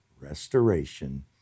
restoration